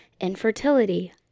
infertility